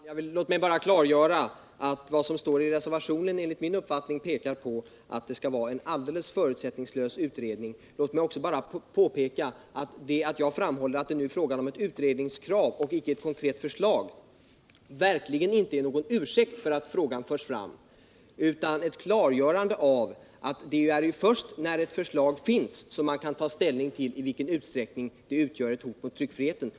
Herr talman! Låt mig bara klargöra att vad som står i reservationen enligt min uppfattning pekar på att det skall vara en alldeles förutsättningslös utredning. Låt mig också påpeka att detta att jag nu framhåller att det är fråga om ett krav på en utredning och inte ett konkret förslag verkligen inte är någon ursäkt för att frågan förs fram utan ett klargörande av att det ju först är när ett förslag finns som man kan ta ställning till i vilken utsträckning det utgör ett hot mot tryckfriheten.